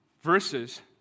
verses